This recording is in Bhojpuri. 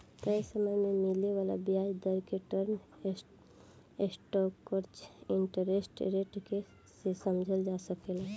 तय समय में मिले वाला ब्याज दर के टर्म स्ट्रक्चर इंटरेस्ट रेट के से समझल जा सकेला